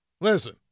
Listen